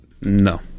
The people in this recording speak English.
No